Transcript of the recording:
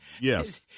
Yes